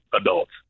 adults